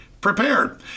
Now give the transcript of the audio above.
prepared